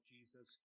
Jesus